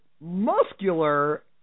muscular